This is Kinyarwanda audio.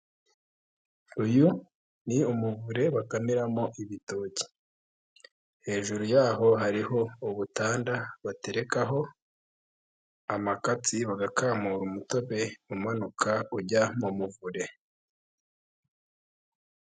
Uyu ni umuvure bakamiramo ibitoki, hejuru y'aho hariho ubutanda baterekaho amakatsi bagakamura umutobe umanuka ujya mu muvure.